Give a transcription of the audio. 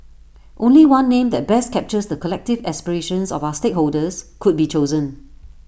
only one name that best captures the collective aspirations of our stakeholders could be chosen